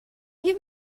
you